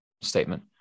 statement